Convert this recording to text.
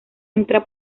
entra